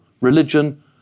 religion